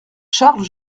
charles